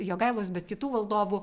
jogailos bet kitų valdovų